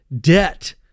debt